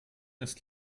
ist